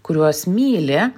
kuriuos myli